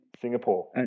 Singapore